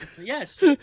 Yes